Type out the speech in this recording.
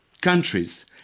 countries